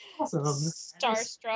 starstruck